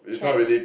thread